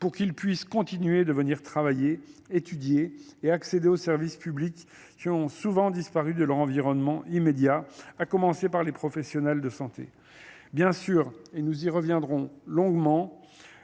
pour qu'ils puissent continuer de venir travailler étudier et accéder aux services publics quii ont souvent disparu de leur environnement immédiat à commencer par les professionnels de santé bien sûr et nous y reviendrons longuement.